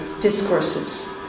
discourses